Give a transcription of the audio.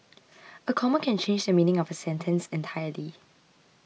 a comma can change the meaning of a sentence entirely